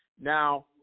Now